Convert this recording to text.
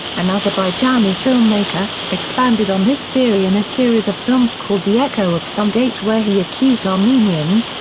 an azerbaijani filmmaker, expanded on this theory in a series of films called the echo of sumgait where he accused armenians,